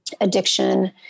addiction